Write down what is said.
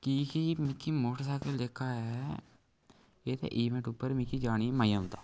की कि मिकी मौटरसैकल जेह्का ऐ एह्दे इवेंट उप्पर मिकी जाने गी मजा औंदा